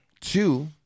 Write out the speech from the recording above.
Two